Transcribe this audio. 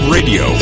Radio